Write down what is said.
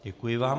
Děkuji vám.